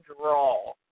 draw